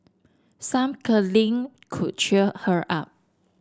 some cuddling could cheer her up